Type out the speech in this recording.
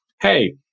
hey